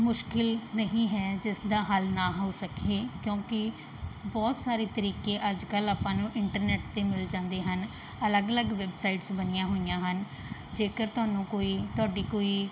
ਮੁਸ਼ਕਿਲ ਨਹੀਂ ਹੈ ਜਿਸਦਾ ਹੱਲ ਨਾ ਹੋ ਸਕੇ ਕਿਉਂਕਿ ਬਹੁਤ ਸਾਰੇ ਤਰੀਕੇ ਅੱਜ ਕੱਲ੍ਹ ਆਪਾਂ ਨੂੰ ਇੰਟਰਨੈਟ 'ਤੇ ਮਿਲ ਜਾਂਦੇ ਹਨ ਅਲੱਗ ਅਲੱਗ ਵੈਬਸਾਈਟਸ ਬਣੀਆਂ ਹੋਈਆਂ ਹਨ ਜੇਕਰ ਤੁਹਾਨੂੰ ਕੋਈ ਤੁਹਾਡੀ ਕੋਈ